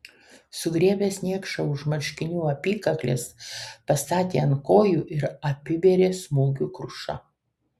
sugriebęs niekšą už marškinių apykaklės pastatė ant kojų ir apibėrė smūgių kruša